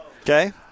Okay